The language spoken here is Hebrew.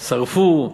שרפו.